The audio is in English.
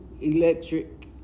electric